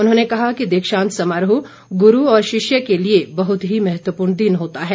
उन्होंने कहा कि दिक्षांत समारोह गुरू और शिष्य के लिए बहुत ही महत्वपूर्ण दिन होता है